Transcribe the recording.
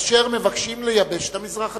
אשר מבקשים לייבש את המזרח התיכון.